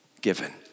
given